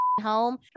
home